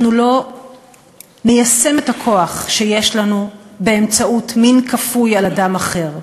אנחנו לא ניישם את הכוח שיש לנו באמצעות מין כפוי על אדם אחר.